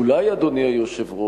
אולי, אדוני היושב-ראש,